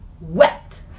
wet